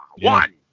one